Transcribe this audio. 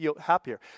happier